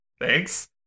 Thanks